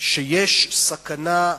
שיש סכנה,